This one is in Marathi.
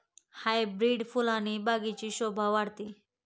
हायब्रीड फुलाने बागेची शोभा वाढते